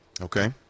Okay